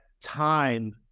time